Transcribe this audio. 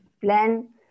plan